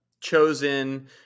chosen